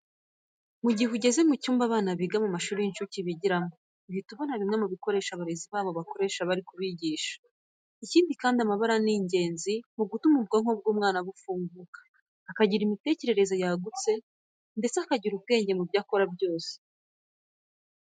Mu gihe ugeze mu cyumba abana biga mu mashuri y'incuke bigiramo, uhita ubona bimwe mu bikoresho abarezi babo bana bakoresha bari kubigisha. Ikindi kandi amabara ni ingenzi mu gutuma ubwonko bw'umwana bufunguka, akagira imitecyerereze yagutse ndetse akagira ubwenge mu byo akora byose.